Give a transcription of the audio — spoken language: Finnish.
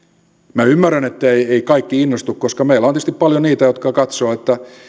minä ymmärrän etteivät kaikki innostu koska meillä on tietysti paljon niitä jotka katsovat